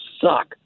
suck